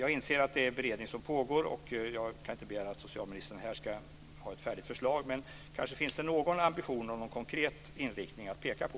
Jag inser alltså att en beredning pågår, och jag kan inte begära att socialministern här ska ha ett färdigt förslag, men kanske finns det någon ambition med konkret inriktning att peka på.